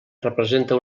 representa